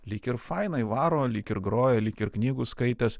lyg ir fainai varo lyg ir groja lyg ir knygų skaitęs